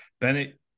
Bennett